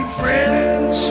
friends